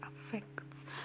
affects